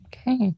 Okay